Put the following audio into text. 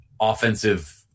offensive